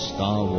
Star